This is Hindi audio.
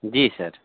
जी सर